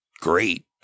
great